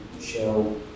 Shell